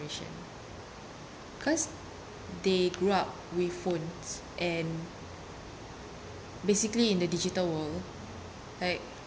generation first they grew up with phones and basically in the digital world like